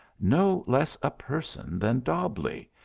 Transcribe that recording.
no less a person than dobbleigh,